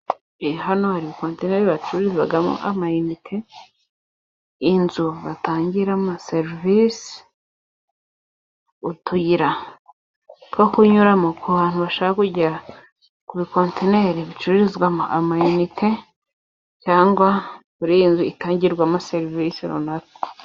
Hano hari kontineri bacururizamo amayinite, inzu batangiramo serivisi, utuyira two kunyuramo ku bantu bashaka kujya ku bikonteri bicururizwamo amayinite, cyangwa kuri iyi nzu itangirwamo serivisi runaka.